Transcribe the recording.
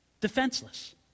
Defenseless